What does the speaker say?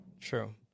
True